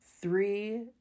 three